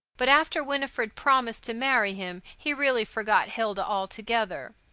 but after winifred promised to marry him he really forgot hilda altogether.